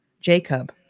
Jacob